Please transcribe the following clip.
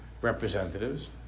representatives